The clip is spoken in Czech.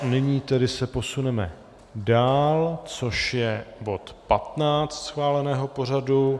Nyní se posuneme dál, což je bod 15 schváleného pořadu.